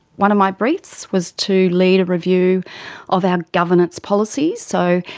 one of my briefs was to lead a review of our governance policy, so